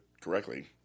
correctly